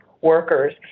workers